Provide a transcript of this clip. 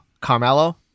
Carmelo